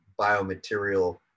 biomaterial